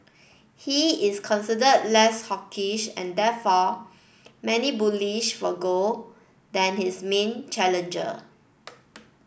he is considered less hawkish and therefore many bullish for gold than his main challenger